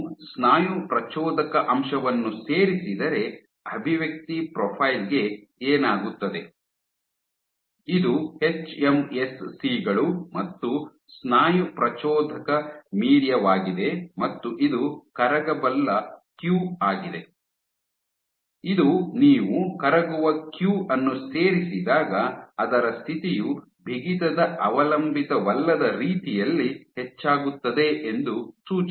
ನೀವು ಸ್ನಾಯು ಪ್ರಚೋದಕ ಅಂಶವನ್ನು ಸೇರಿಸಿದರೆ ಅಭಿವ್ಯಕ್ತಿ ಪ್ರೊಫೈಲ್ ಗೆ ಏನಾಗುತ್ತದೆ ಇದು ಎಚ್ಎಂಎಸ್ಸಿ ಗಳು ಮತ್ತು ಸ್ನಾಯು ಪ್ರಚೋದಕ ಮೀಡಿಯಾ ವಾಗಿದೆ ಮತ್ತು ಇದು ಕರಗಬಲ್ಲ ಕ್ಯೂ ಆಗಿದೆ ಇದು ನೀವು ಕರಗುವ ಕ್ಯೂ ಅನ್ನು ಸೇರಿಸಿದಾಗ ಅದರ ಸ್ಥಿತಿಯು ಬಿಗಿತದ ಅವಲಂಬಿತವಲ್ಲದ ರೀತಿಯಲ್ಲಿ ಹೆಚ್ಚಾಗುತ್ತದೆ ಎಂದು ಸೂಚಿಸುತ್ತದೆ